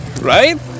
Right